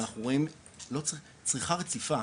צריכה רציפה,